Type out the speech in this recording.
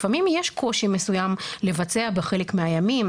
לפעמים יש קושי מסוים לבצע בחלק מהימים.